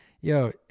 Yo